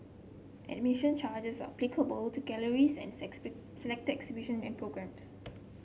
admission charges are applicable to galleries and selected exhibition and programmes